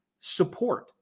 support